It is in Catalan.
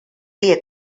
dia